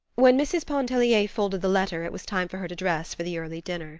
when mrs. pontellier folded the letter it was time for her to dress for the early dinner